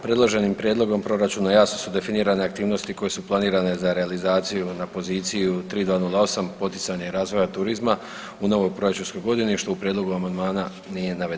Predloženim prijedlogom proračuna jasno su definirane aktivnosti koje su planirane za realizaciju na poziciju 3208 poticanje razvoja turizma u novoj proračunskoj godini što u prijedlogu amandmana nije navedeno.